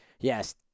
yes